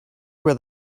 where